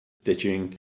Stitching